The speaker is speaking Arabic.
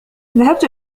ذهبت